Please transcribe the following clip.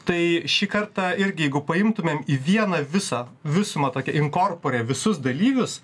tai šį kartą irgi jeigu paimtumėm į vieną visą visumą tokią in corpore visus dalyvius